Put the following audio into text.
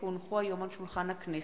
כי הונחו היום על שולחן הכנסת,